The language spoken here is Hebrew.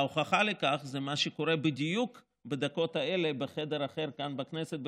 וההוכחה לכך היא מה שקורה בדיוק בדקות האלה בחדר אחר כאן בכנסת,